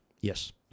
Yes